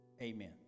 amen